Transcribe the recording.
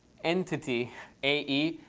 entity ae.